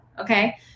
Okay